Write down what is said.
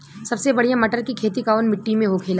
सबसे बढ़ियां मटर की खेती कवन मिट्टी में होखेला?